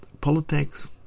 politics